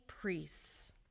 priests